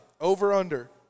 over-under